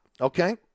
okay